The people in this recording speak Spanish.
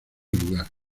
lugar